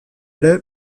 ere